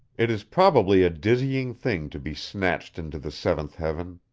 it is probably a dizzying thing to be snatched into the seventh heaven.